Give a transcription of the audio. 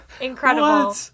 incredible